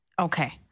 okay